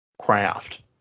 craft